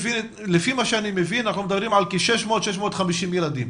לפי מה שאני מבין אנחנו מדברים על כ-600-650 ילדים.